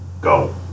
go